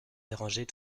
déranger